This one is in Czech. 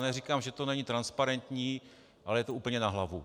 Neříkám, že to není transparentní, ale je to úplně na hlavu.